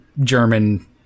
German –